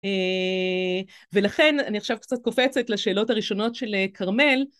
ולכן אני עכשיו קצת קופצת לשאלות הראשונות של כרמל.